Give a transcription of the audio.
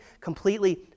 completely